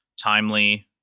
timely